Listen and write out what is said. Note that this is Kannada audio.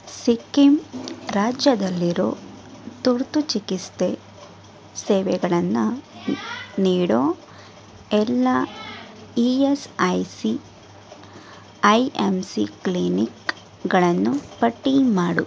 ಸಿಕ್ಕಿಂ ರಾಜ್ಯದಲ್ಲಿರೋ ತುರ್ತು ಚಿಕಿತ್ಸೆ ಸೇವೆಗಳನ್ನು ನೀಡೋ ಎಲ್ಲ E S I C I M C ಕ್ಲಿನಿಕ್ಗಳನ್ನು ಪಟ್ಟಿ ಮಾಡು